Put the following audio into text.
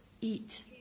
eat